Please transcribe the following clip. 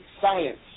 science